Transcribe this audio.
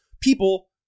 people